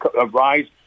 arise